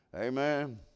Amen